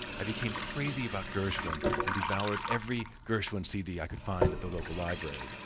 i became crazy about gershwin and devoured every gershwin cd i could find at the local library.